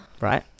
Right